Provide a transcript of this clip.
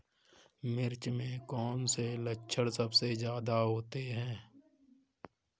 मिर्च में कौन से लक्षण सबसे ज्यादा होते हैं?